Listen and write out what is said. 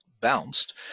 bounced